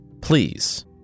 Please